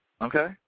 okay